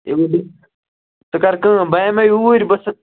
امہِ موٗجوٗب ژٕ کَر کٲم بہٕ یِمے اوٗرۍ بہٕ سُہ